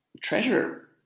treasure